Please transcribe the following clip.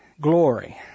Glory